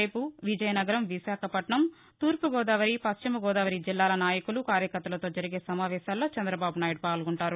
రేపు విజయనగరం విశాఖపట్నం తూర్పుగోదావరి పశ్చిమ గోదావరి జిల్లాల నాయకులు కార్యకర్తలతో జరిగే సమావేశాల్లో చంద్రబాబునాయుడు పాల్గొంటారు